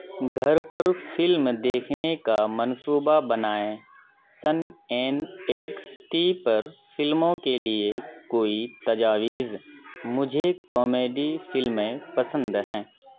گھر پر فلم دیکھنے کا منصوبہ بنائیں سن این ایکس ٹی پر فلموں کے لیے کوئی تجاویز مجھے کامیڈی فلمیں پسند ہیں